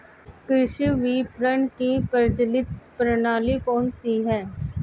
कृषि विपणन की प्रचलित प्रणाली कौन सी है?